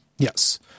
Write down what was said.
Yes